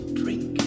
drink